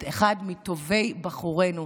את אחד מטובי בחורינו.